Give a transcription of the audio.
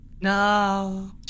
No